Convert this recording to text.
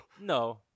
No